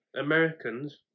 Americans